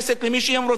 למי שהם רוצים,